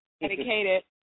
dedicated